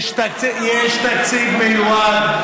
יש תקציב מיועד.